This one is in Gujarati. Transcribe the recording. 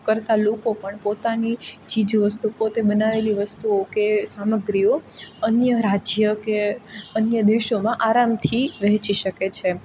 કરતા લોકો પણ પોતાની ચીજ વસ્તુ પોતે બનાવેલી વસ્તુઓ કે સામગ્રીઓ અન્ય રાજ્ય કે અન્ય દેશોમાં આરામથી વહેંચી શકે છે